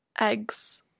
eggs